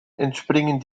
entspringen